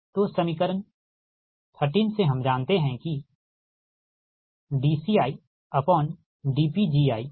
तो समीकरण 13 से हम जानते हैं कि dCidPgi ठीक